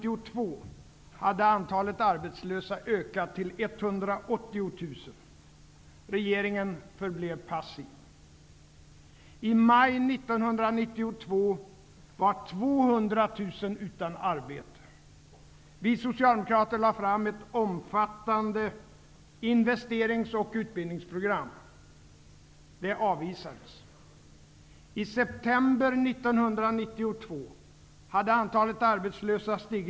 I maj 1992 var 200 000 utan arbete. Vi socialdemokrater lade fram ett omfattande investerings och utbildningsprogram. Det avvisades.